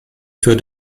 für